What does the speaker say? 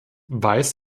weiß